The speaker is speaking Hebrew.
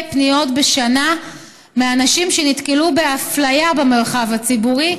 פניות בשנה מאנשים שנתקלו באפליה במרחב הציבורי,